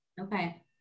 Okay